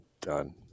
Done